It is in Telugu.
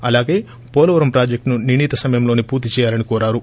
అలాగే పోలవరం ప్రాజెక్టును నిర్ణీత సమీయంలోనే పూర్తే చేయాలని కోరారు